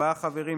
ארבעה חברים,